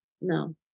No